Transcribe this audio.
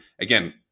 Again